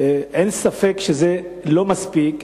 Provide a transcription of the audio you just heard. אין ספק שזה לא מספיק,